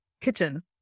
kitchen